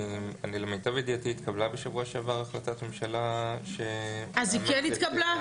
למיטב ידיעתי התקבלה בשבוע שעבר החלטת ממשלה --- היא כן התקבלה?